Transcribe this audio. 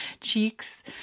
cheeks